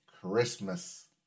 Christmas